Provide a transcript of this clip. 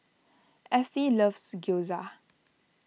Ethie loves Gyoza